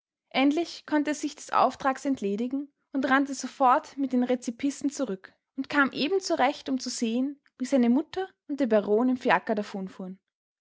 endlich konnte er sich des auftrags entledigen und rannte sofort mit den rezipissen zurück und kam eben zurecht um zu sehen wie seine mutter und der baron im